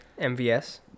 MVS